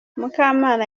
mukamana